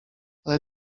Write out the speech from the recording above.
ale